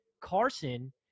Carson